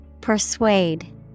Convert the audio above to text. Persuade